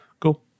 Cool